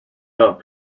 not